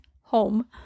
home